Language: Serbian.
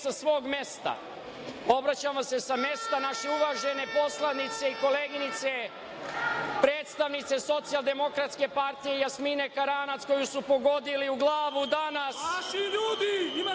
sa svog mesta, obraćam vam se sa mesta naše uvažene poslanice i koleginice predstavnice SDPS Jasmine Karanac koju su pogodili u glavu danas.